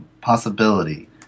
possibility